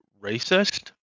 Racist